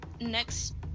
Next